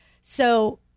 So-